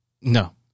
No